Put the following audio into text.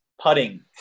putting